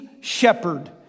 shepherd